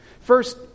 First